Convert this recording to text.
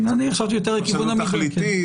פרשנות תכליתית.